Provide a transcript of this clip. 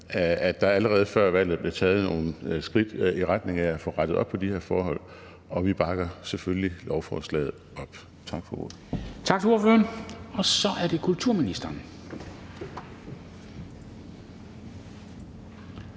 at der allerede før valget blev taget nogle skridt i retning af at få rettet op på de her forhold, og vi bakker selvfølgelig lovforslaget op. Tak for ordet. Kl. 10:22 Formanden